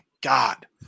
God